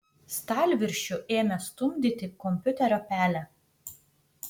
stalviršiu ėmė stumdyti kompiuterio pelę